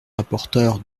rapporteure